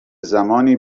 زمانی